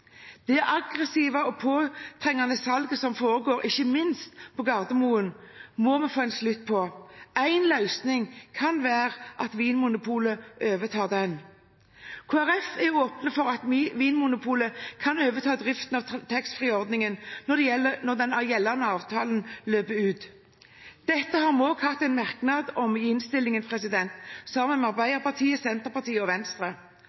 Det aggressive og påtrengende salget som foregår, ikke minst på Gardermoen, må vi få en slutt på. En løsning kan være at Vinmonopolet overtar. Kristelig Folkeparti er åpen for at Vinmonopolet kan ta over driften av taxfree-ordningen når gjeldende avtale utløper. Dette har vi en merknad om i innstillingen, sammen med Arbeiderpartiet, Senterpartiet og Venstre.